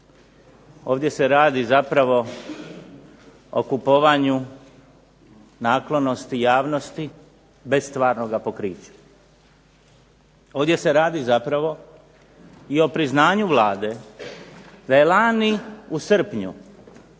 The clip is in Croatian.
ovdje se radi zapravo o kupovanju naklonosti javnosti bez stvarnoga pokrića. Ovdje se radi zapravo i o priznanju Vlade da je lani u srpnju